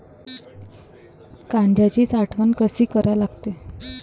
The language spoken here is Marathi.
कांद्याची साठवन कसी करा लागते?